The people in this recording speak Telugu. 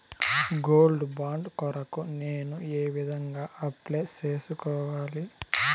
గోల్డ్ బాండు కొరకు నేను ఏ విధంగా అప్లై సేసుకోవాలి?